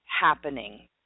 happening